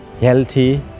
healthy